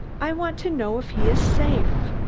i want to know if he is safe.